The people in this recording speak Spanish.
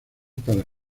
para